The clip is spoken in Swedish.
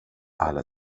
alla